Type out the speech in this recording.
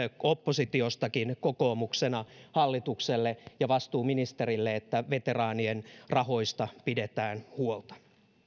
oppositiostakin hallitukselle ja vastuuministerille että veteraanien rahoista pidetään huolta